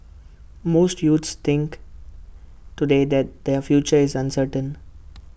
most youths think today that their future is uncertain